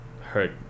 hurt